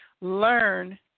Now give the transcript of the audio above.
learn